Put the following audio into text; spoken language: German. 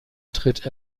tritt